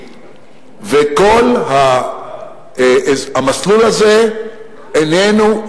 וכל המסלול הזה איננו,